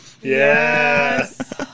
Yes